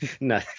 no